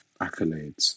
accolades